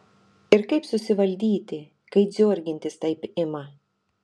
ir kaip susivaldyti kai dziorgintis taip ima